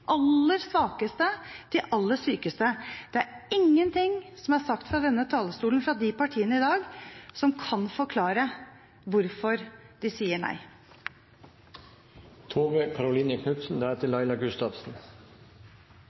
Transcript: aller svakeste, de aller sykeste. Det er ingenting som er sagt fra denne talerstolen av de partiene i dag, som kan forklare hvorfor de sier nei.